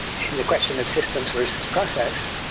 in the question of systems versus process,